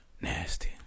Nasty